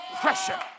Pressure